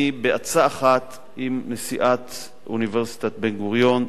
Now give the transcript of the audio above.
בעצה אחת עם נשיאת אוניברסיטת בן-גוריון,